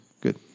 good